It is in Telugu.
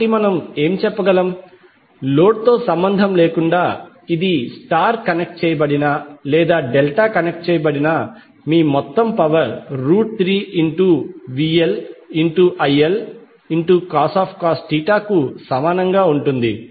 కాబట్టి మనం ఏమి చెప్పగలం లోడ్ తో సంబంధం లేకుండా ఇది స్టార్ కనెక్ట్ చేయబడిన లేదా డెల్టా కనెక్ట్ చేయబడినా మీ మొత్తం పవర్ 3VLILcos కు సమానంగా ఉంటుంది